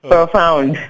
Profound